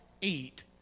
eat